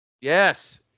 Yes